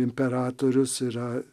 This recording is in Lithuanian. imperatorius yra